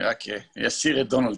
תעלו לי את חיים אתגר.